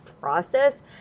process